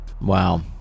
Wow